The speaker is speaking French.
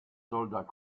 soldats